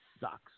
sucks